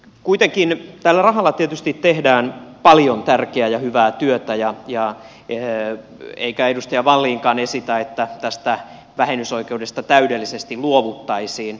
kuitenkin tällä rahalla tietysti tehdään paljon tärkeää ja hyvää työtä eikä edustaja wallinkaan esitä että tästä vähennysoikeudesta täydellisesti luovuttaisiin